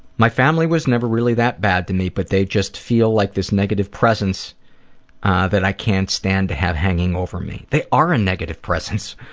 my family was never really that bad to me but they just feel like this negative presence that i can't stand to have hanging over me. they are a negative presence.